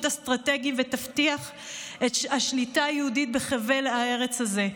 אסטרטגיים ותבטיח את השליטה היהודית בחבל הארץ הזה.